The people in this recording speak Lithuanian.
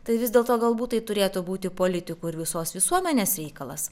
tai vis dėlto galbūt tai turėtų būti politikų ir visos visuomenės reikalas